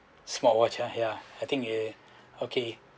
smart watch ah yeah I think it okay